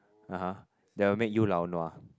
(uh huh) that will make you lao nua